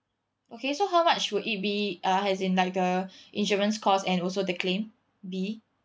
okay so how much would it be uh as in like the insurance cost and also the claim be